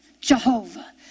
Jehovah